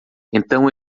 então